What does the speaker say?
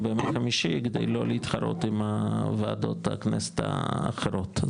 או בימי חמישי כדי לא להתחרות עם וועדות הכנסת האחרות.